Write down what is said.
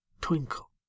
twinkle